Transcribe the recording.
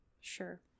sure